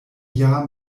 jahr